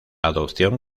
adopción